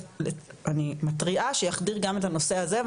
אני מתריעה שיחדיר לכאן גם את הנושא הזה,